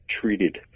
treated